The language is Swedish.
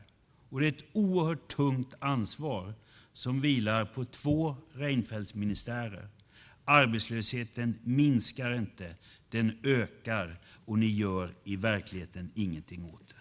Det är ett oerhört tungt ansvar som vilar på två Reinfeldtsministärer. Arbetslösheten minskar inte - den ökar - och ni gör i verkligheten ingenting åt det!